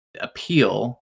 appeal